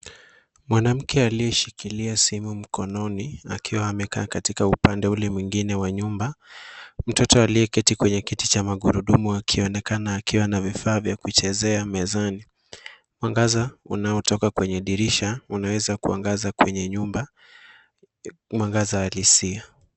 Mwanamke aliyeshikilia simu mkononi akiwa amekaa katika upande ule mwingine wa nyumba, mtoto aliyeketi kwenye kiti cha magurudumu akionekana akiwa na vifaa vya kuchezea mezani. Mwangaza unaotoka kwenye dirisha unaweza kuangaza kwenye nyumba. Mwangaza halisi.